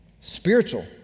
spiritual